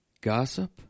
gossip